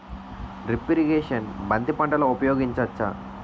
Drip irrigation బంతి పంటలో ఊపయోగించచ్చ?